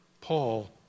Paul